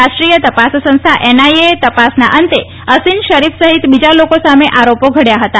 રાષ્ટ્રીય તપાસ સંસ્થા એનઆઇએ દ્વારા તપાસના અંતે અસીન શરીફ સહિત બીજા લોકો સામે આરોપો ઘડચા હતા